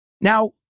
Now